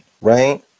right